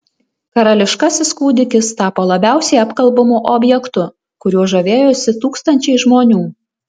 karališkasis kūdikis tapo labiausiai apkalbamu objektu kuriuo žavėjosi tūkstančiai žmonių